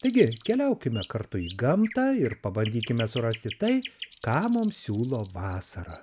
taigi keliaukime kartu į gamtą ir pabandykime surasti tai ką mums siūlo vasara